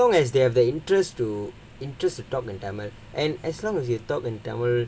as long as they have the interest to interest to talk in tamil and as long as you talk in tamil